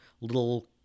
little